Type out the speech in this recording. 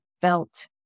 felt